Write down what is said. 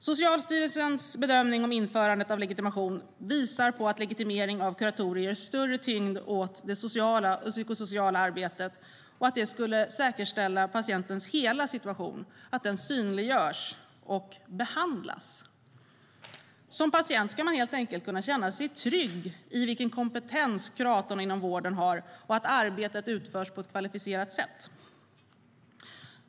Socialstyrelsens bedömning av införandet av legitimation visar att legitimering av kuratorer skulle ge större tyngd åt det sociala och psykosociala arbetet och säkerställa att patientens hela situation synliggörs och behandlas. Som patient ska man kunna känna sig trygg med vilken kompetens kuratorn inom vården har och att arbetet utförs på ett kvalificerat sätt.